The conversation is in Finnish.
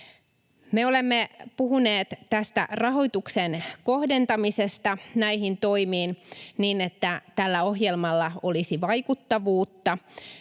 Me olemme puhuneet tästä rahoituksen kohdentamisesta näihin toimiin niin, että tällä ohjelmalla olisi vaikuttavuutta,